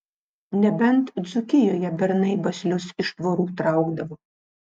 nebent dzūkijoje bernai baslius iš tvorų traukdavo